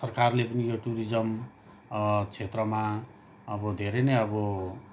सरकारले पनि यो टुरिज्म क्षेत्रमा अब धेरै नै अब